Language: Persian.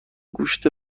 گوشت